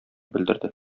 белдерде